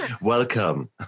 Welcome